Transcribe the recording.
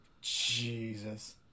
Jesus